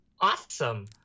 Awesome